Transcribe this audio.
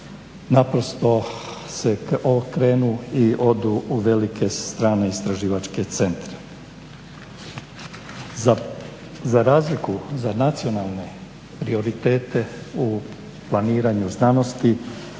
naprosto se okrenu i odu u velike strane istraživačke centre. Za razliku za nacionalne prioritete u planiranju znanosti